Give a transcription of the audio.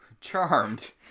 Charmed